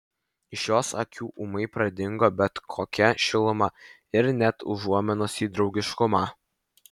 iš jos akių ūmai pradingo bet kokia šiluma ir net užuominos į draugiškumą